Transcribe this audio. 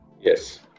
Yes